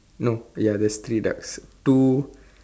no ya there's three ducks two